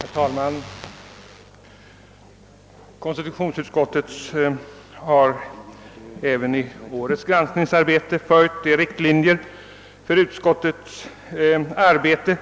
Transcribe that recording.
Herr talman! Konstitutionsutskottet har även i årets granskningsarbete följt de riktlinjer för utskottets arbete